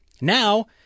now